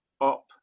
up